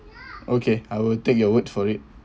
okay I will take your word for it